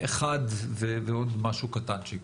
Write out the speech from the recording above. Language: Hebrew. אחד ועוד משהו קטנצ'יק.